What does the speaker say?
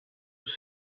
says